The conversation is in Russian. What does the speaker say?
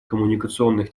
коммуникационных